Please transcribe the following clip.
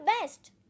best